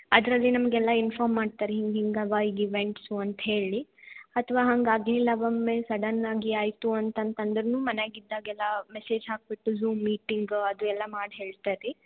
ಅದರಲ್ಲಿ ನಮ್ಗೆ ಎಲ್ಲ ಇನ್ಫಾರ್ಮ್ ಮಾಡ್ತಾರೆ ಹಿಂಗೆ ಹಿಂಗೆ ಇವೆ ಈವೆಂಟ್ಸು ಅಂತ ಹೇಳಿ ಅಥವಾ ಹಂಗೆ ಆಗಲಿಲ್ಲ ಒಮ್ಮೆ ಸಡನ್ನಾಗಿ ಆಯಿತು ಅಂತ ಅಂತ ಅಂದ್ರು ಮನೇಗ್ ಇದ್ದಾಗೆಲ್ಲ ಮೆಸೇಜ್ ಹಾಕಿಬಿಟ್ಟು ಝೂಮ್ ಮೀಟಿಂಗ್ ಅದು ಎಲ್ಲ ಮಾಡಿ ಹೇಳ್ತಾರೆ ರೀ